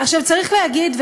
צריך להגיד,